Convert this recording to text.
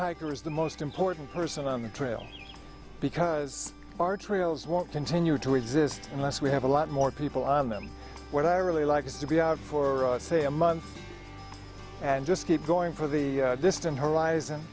hiker is the most important person on the trail because our trails won't continue to exist unless we have a lot more people on them what i really like is to be out for say a month and just keep going for the distant horizon